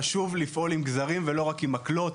חשוב לפעול עם גזרים ולא רק עם מקלות.